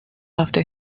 after